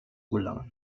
gelangen